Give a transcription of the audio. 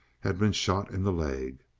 had been shot in the leg.